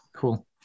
Cool